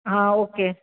હા ઓકે